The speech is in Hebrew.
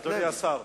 אדוני השר,